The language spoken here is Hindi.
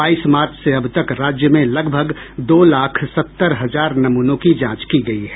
बाईस मार्च से अब तक राज्य में लगभग दो लाख सत्तर हजार नमूनों की जांच की गयी है